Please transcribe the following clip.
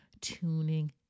tuning